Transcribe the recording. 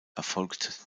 erfolgt